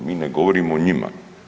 Mi ne govorimo o njima.